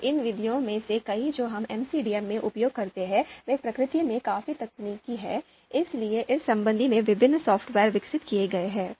अब इन विधियों में से कई जो हम एमसीडीएम में उपयोग करते हैं वे प्रकृति में काफी तकनीकी हैं इसलिए इस संबंध में विभिन्न सॉफ्टवेयर विकसित किए गए हैं